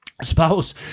Spouse